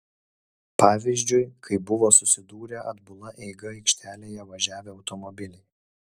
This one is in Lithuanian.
pavyzdžiui kai buvo susidūrę atbula eiga aikštelėje važiavę automobiliai